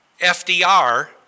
FDR